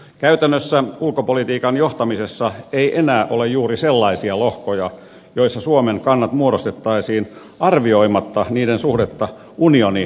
käytännössä ulkopolitiikan johtamisessa ei enää ole juuri sellaisia lohkoja joissa suomen kannat muodostettaisiin arvioimatta niiden suhdetta unionijäsenyyteen